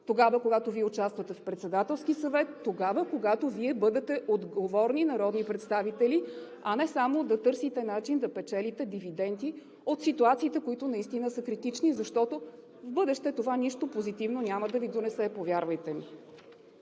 тогава, когато Вие участвате в Председателския съвет, тогава, когато Вие бъдете отговорни народни представители, а не само да търсите начин да печелите дивиденти от ситуациите, които наистина са критични, защото в бъдеще това нищо позитивно няма да Ви донесе, повярвайте ми.